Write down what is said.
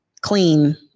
clean